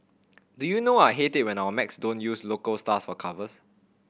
do you know I hate it when our mags don't use local stars for covers